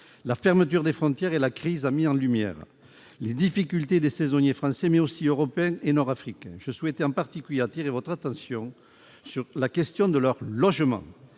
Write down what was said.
La fermeture des frontières et la crise ont mis en lumière les difficultés des saisonniers français, mais aussi européens et nord-africains. Je souhaitais en particulier attirer votre attention sur la question de leur logement.